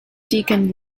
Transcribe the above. deacon